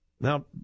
Now